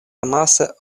amase